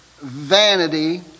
vanity